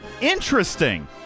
Interesting